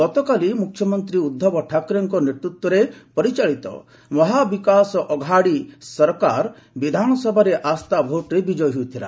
ଗତକାଲି ମୁଖ୍ୟମନ୍ତ୍ରୀ ଉଦ୍ଧବ ଠାକ୍ରେଙ୍କ ନେତୃତ୍ୱରେ ପରିଚାଳିତ ମହାବିକାଶ ଅଘାଡ଼ି ସରକାର ବିଧାନସଭାରେ ଆସ୍ଥା ଭୋଟ୍ରେ ବିଜୟୀ ହୋଇଥିଲା